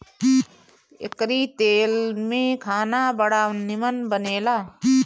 एकरी तेल में खाना बड़ा निमन बनेला